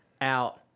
out